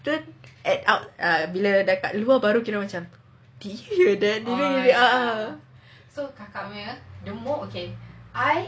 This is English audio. add up bila dekat luar baru kita orang macam did you hear that